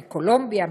מקולומביה,